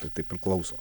tai taip ir klauso